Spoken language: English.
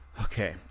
Okay